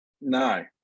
No